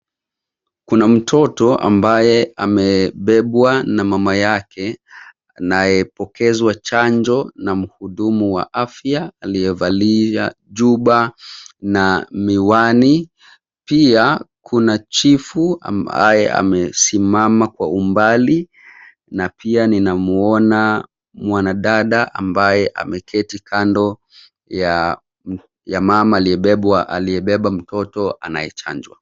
Kuna mtoto ambaye amebebwa na mama yake anayepokezwa chanjo na mhudumu wa afya aliyevalia juba na miwani. Pia kuna chifu ambaye amesimama kwa umbali na pia ninamuona mwanadada ambaye ameketi kando ya mama aliyebeba mtoto anayechanjwa.